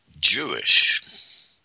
Jewish